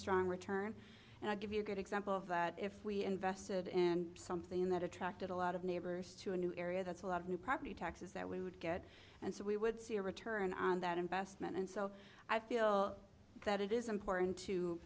strong return and i give you a good example of that if we invested in something that attracted a lot of neighbors to a new area that's a lot of new property taxes that we would get and so we would see a return on that investment and so i feel that it is important to